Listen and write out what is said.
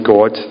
God